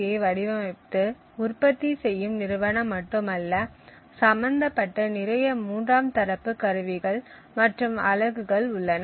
யை வடிவமைத்து உற்பத்தி செய்யும் நிறுவனம் மட்டும் அல்ல சம்பந்தப்பட்ட நிறைய மூன்றாம் தரப்பு கருவிகள் மற்றும் அலகுகள் உள்ளன